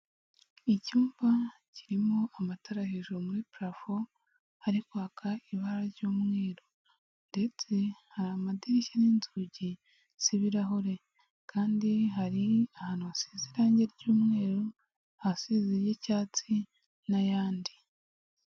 Icyumba kirimo amatara hejuru muri parafo ari kwaka ibara ry'umweru ndetse hari amadirishya n'inzugi z'ibirahure, kandi hari ahantu hasize irangi ry'umweru, ahasize iry'icyatsi n'ayandi.